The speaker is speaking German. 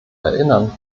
erinnern